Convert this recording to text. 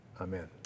Amen